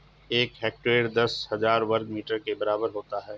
एक हेक्टेयर दस हजार वर्ग मीटर के बराबर होता है